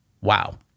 Wow